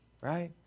Right